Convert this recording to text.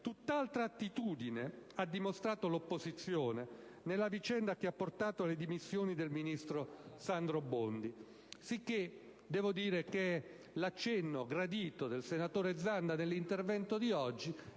tutt'altra attitudine ha dimostrato l'opposizione nella vicenda che ha portato alle dimissioni del ministro Sandro Bondi. Devo dunque ammettere che il gradito accenno del senatore Zanda nel suo intervento di oggi